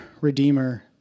redeemer